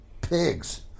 pigs